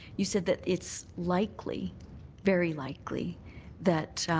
you said that it's likely very likely that